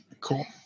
Cool